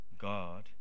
God